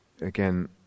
again